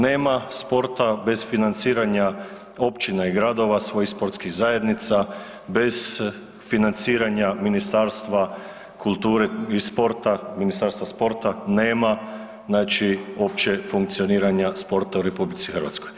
Nema sporta bez financiranja općina i gradova svojih sportskih zajednica bez financiranja Ministarstva kulture i sporta, Ministarstva sporta nema znači uopće funkcioniranja sporta u RH.